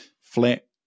flat